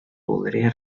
voldria